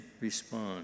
respond